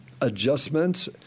adjustments